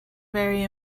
very